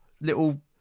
little